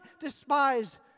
despise